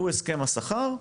הוא הסכם השכר,